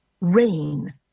rain